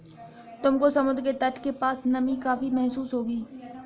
तुमको समुद्र के तट के पास नमी काफी महसूस होगी